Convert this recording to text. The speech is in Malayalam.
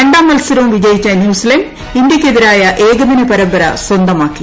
രണ്ടാം മത്സരവും വിജയിച്ച ന്യൂസിലന്റ് ഇന്ത്യക്കെതിരായ ഏകദിന പരമ്പര സ്വന്തമാക്കി